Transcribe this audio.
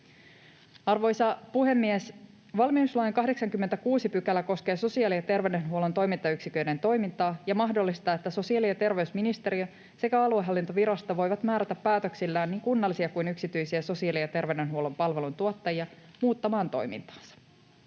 Arvoisa puhemies! Valmiuslain 86 § koskee sosiaali- ja terveydenhuollon toimintayksiköiden toimintaa ja mahdollistaa, että sosiaali- ja terveysministeriö sekä aluehallintovirasto voivat määrätä päätöksillään niin kunnallisia kuin yksityisiä sosiaali- ja terveydenhuollon palveluntuottajia muuttamaan toimintaansa.